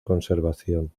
conservación